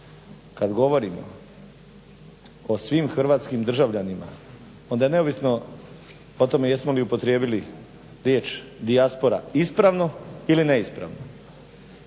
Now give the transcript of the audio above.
kad govorimo o svim hrvatskih državljanima, onda je neovisno o tome jesmo li upotrijebili riječ dijaspora ispravno ili neispravno